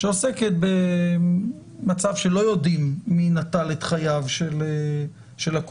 שעוסקת במצב שלא יודעים מי נטל את חייו של הקורבן.